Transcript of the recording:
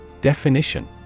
Definition